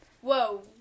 Whoa